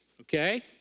okay